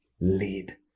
lead